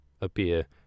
appear